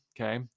Okay